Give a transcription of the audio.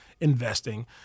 investing